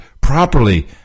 properly